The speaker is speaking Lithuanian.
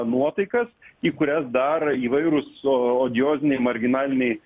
nuotaikas į kurias dar įvairūs odioziniai marginaliniai